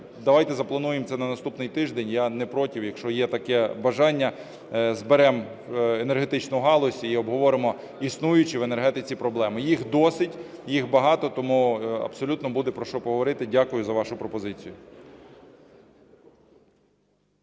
Давайте заплануємо це на наступний тиждень, я не проти. Якщо є таке бажання, зберемо енергетичну галузь і обговоримо існуючі в енергетиці проблеми. Їх досить, їх багато, тому абсолютно буде про що говорити. Дякую за вашу пропозицію.